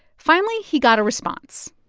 finally, he got a response.